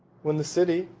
when the city,